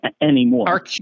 anymore